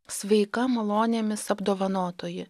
sveika malonėmis apdovanotoji